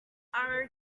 are